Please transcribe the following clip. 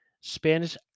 Spanish